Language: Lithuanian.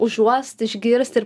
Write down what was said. užuost išgirst ir